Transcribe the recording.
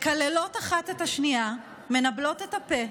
מקללות אחת את השנייה, מנבלות את הפה,